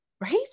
Right